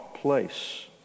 place